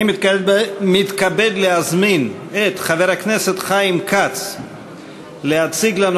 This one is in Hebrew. אני מתכבד להזמין את חבר הכנסת חיים כץ להציג לנו